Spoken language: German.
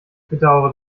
bedaure